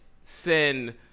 send